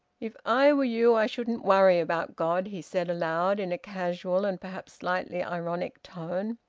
if i were you i shouldn't worry about god, he said, aloud, in a casual and perhaps slightly ironic tone.